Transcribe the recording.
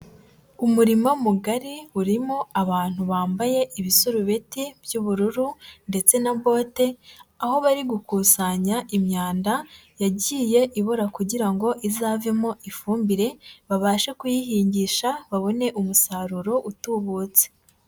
Umurima mugari urimo abantu bambaye ibisurubeti by'ubururu ndetse na bote, aho bari gukusanya imyanda yagiye ibora kugira ngo izavemo ifumbire, babashe kuyihingisha babone umusaruro utubutse.